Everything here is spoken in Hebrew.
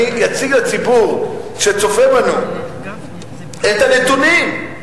אני אציג לציבור שצופה בנו את הנתונים,